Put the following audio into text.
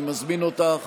אני מזמין אותך